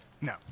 No